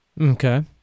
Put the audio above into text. Okay